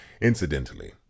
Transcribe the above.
incidentally